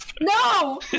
No